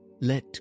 Let